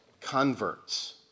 converts